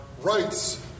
rights